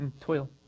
toil